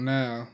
now